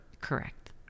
Correct